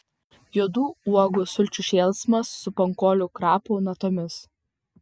juodų uogų sulčių šėlsmas su pankolių krapų natomis